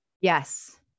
Yes